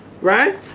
Right